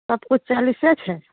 सबकिछु चालिसे छै